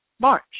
March